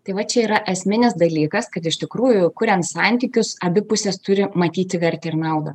tai va čia yra esminis dalykas kad iš tikrųjų kuriant santykius abi pusės turi matyti vertę ir naudą